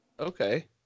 Okay